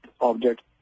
object